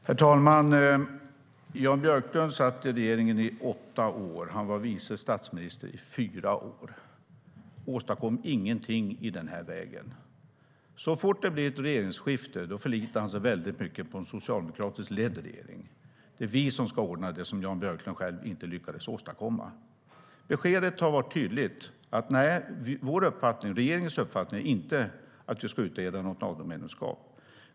Herr talman! Jan Björklund satt i regeringen i åtta år, och han var vice statsminister i fyra år. Han åstadkom ingenting i denna väg. Så fort det blir ett regeringsskifte förlitar han sig väldigt mycket på en socialdemokratiskt ledd regering. Det är vi som ska ordna det som Jan Björklund själv inte lyckades åstadkomma. Beskedet har varit tydligt att vår uppfattning och regeringens uppfattning är att vi inte ska utreda något Natomedlemskap.